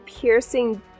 piercing